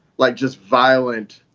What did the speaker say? like just violent,